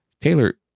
Taylor